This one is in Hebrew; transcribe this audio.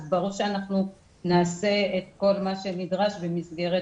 אז ברור שאנחנו נעשה את כל מה שנדרש במסגרת